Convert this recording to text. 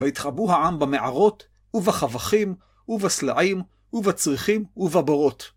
ויתחבאו העם במערות ובחוחים ובסלעים ובצרחים ובברות